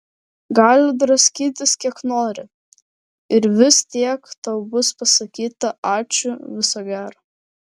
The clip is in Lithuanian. gali draskytis kiek nori ir vis tiek tau bus pasakyta ačiū viso gero